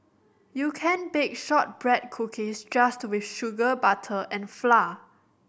you can bake shortbread cookies just with sugar butter and flour